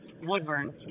Woodburn